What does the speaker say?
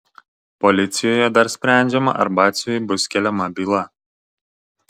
policijoje dar sprendžiama ar batsiuviui bus keliama byla